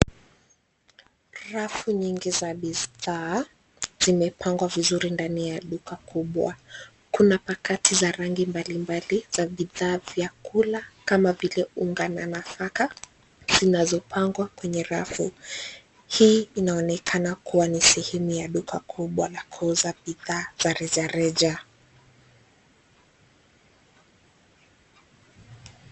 Rafu nyingi za bidhaa zimepangwa vizuri ndani ya duka kubwa. Kuna pakati za rangi mbali mbali za bidhaa vya kula kama vile unga na nafaka, zinazopangwa kwenye rafu. Hii inaonekana kuwa ni sehemu ya duka kubwa la kuuza bidhaa za reja reja.